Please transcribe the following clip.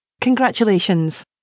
Congratulations